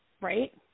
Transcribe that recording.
Right